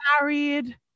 Married